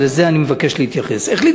ולזה אני מבקש להתייחס: החליט